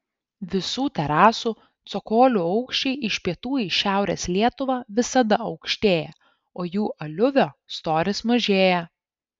visų terasų cokolių aukščiai iš pietų į šiaurės lietuvą visada aukštėja o jų aliuvio storis mažėja